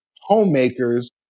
homemakers